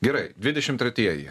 gerai dvidešimt tretieji